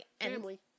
Family